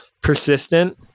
persistent